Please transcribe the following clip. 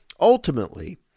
Ultimately